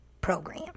program